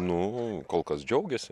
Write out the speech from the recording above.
nu kol kas džiaugiasi